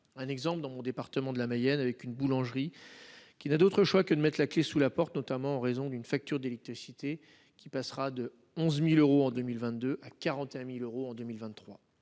Un exemple dans mon département de la Mayenne avec une boulangerie qui n'a d'autre choix que de mettre la clé sous la porte, notamment en raison d'une facture d'électricité qui passera de 11.000 euros en 2022 à 41.000 euros en 2023.